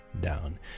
down